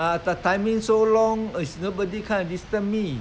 ah the timing so long is nobody come and disturb me